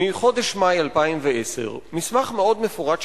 מחודש מאי 2010. מסמך מאוד מפורט,